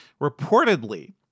reportedly